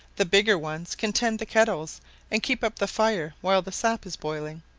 the bigger ones can tend the kettles and keep up the fire while the sap is boiling,